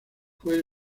fue